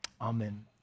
Amen